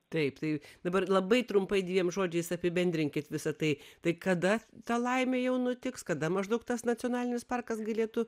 taip tai dabar labai trumpai dviem žodžiais apibendrinkit visa tai tai kada ta laimė jau nutiks kada maždaug tas nacionalinis parkas galėtų